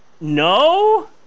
no